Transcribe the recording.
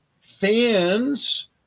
fans